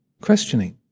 questioning